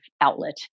outlet